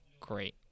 great